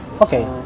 Okay